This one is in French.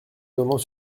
donnant